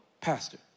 pastor